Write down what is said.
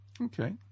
Okay